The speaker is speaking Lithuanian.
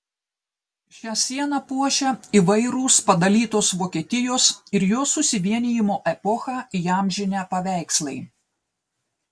šią sieną puošia įvairūs padalytos vokietijos ir jos susivienijimo epochą įamžinę paveikslai